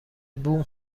بوم